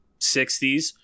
60s